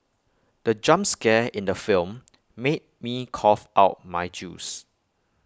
the jump scare in the film made me cough out my juice